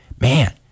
man